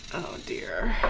dear.